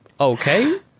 okay